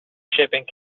shipping